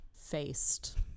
faced